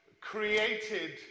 created